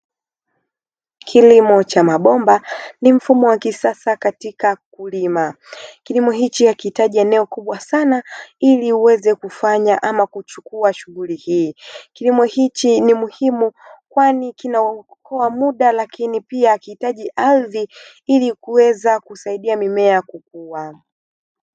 Kilimo cha mabomba ni mfumo wa kisasa katika kulima, kilimo hichi hakihitaji eneo kubwa sana ili uweze kufanya au kuchukua shughuli hii. Kilimo hichi ni muhimu kwani kinaokoa muda lakini pia hakihitaji ardhi ili kuweza kusaidia mimea kukua.